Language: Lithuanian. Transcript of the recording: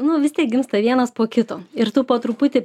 nu vis tiek gimsta vienas po kito ir tu po truputį